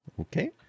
Okay